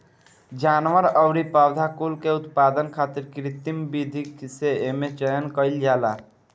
जानवर अउरी पौधा कुल के उत्पादन खातिर कृत्रिम विधि से एमे चयन कईल जाला